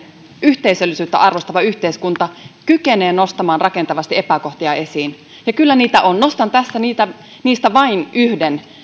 yhteisöllisyyttä arvostava yhteiskunta kykenee nostamaan rakentavasti epäkohtia esiin ja kyllä niitä on nostan tässä niistä vain yhden